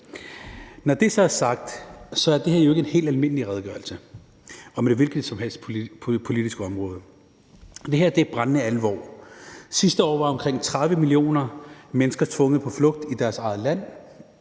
Når det så er sagt, er det her jo ikke en helt almindelig redegørelse om et hvilket som helst politisk område. Det her er brændende alvor. Sidste år var omkring 30 millioner mennesker tvunget på flugt i deres eget land